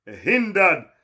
hindered